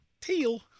teal